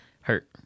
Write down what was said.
hurt